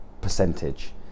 percentage